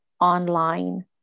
online